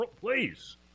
Please